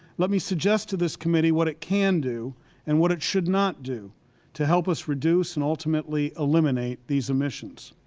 let me suggest to this committee what it can do and what it should not do to help us reduce and ultimately eliminate these emissions.